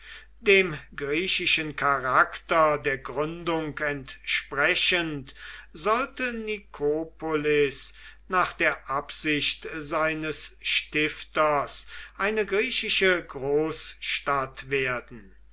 dem griechischen charakter der gründung entsprechend sollte nikopolis nach der absicht seines stifters eine griechische großstadt werden